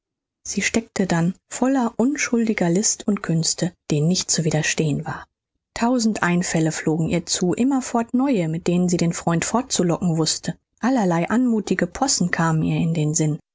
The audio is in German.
sie steckte dann voller unschuldiger list und künste denen nicht zu widerstehen war tausend einfälle flogen ihr zu immerfort neue mit denen sie den freund fortzulocken wußte allerlei anmuthige possen kamen ihr in den sinn